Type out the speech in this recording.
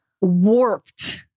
warped